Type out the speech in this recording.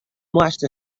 moast